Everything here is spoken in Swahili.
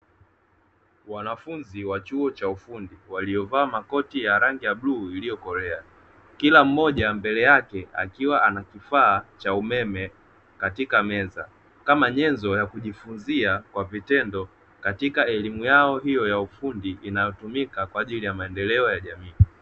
Wanafunzi wa chuo cha ufundi waliovaa makoti ya rangi ya bluu iliyokolea, kila mmoja mbele yake akiwa ana kifaa cha umeme katika meza kama nyenzo ya kujiunzia kwa vitendo katika elimu yao hiyo ya ufundi inayotumika kwa ajili ya maendeleo ya jamii.